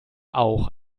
auch